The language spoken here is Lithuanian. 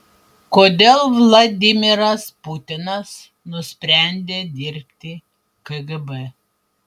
kodėl vladimiras putinas nusprendė dirbti kgb